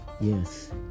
Yes